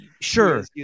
Sure